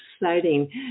exciting